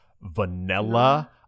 Vanilla